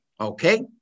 okay